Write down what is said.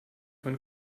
von